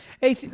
Hey